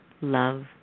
love